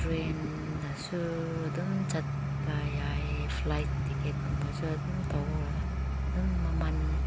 ꯇ꯭ꯔꯦꯟꯗꯁꯨ ꯑꯗꯨꯝ ꯆꯠꯄ ꯌꯥꯏ ꯐ꯭ꯂꯥꯏꯠ ꯇꯤꯛꯀꯦꯠꯀꯨꯝꯕꯁꯨ ꯑꯗꯨꯝ ꯇꯧꯔꯒ ꯑꯗꯨꯝ ꯃꯃꯟ